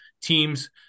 teams